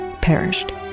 perished